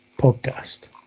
podcast